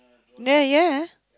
yeah